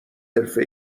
حرفه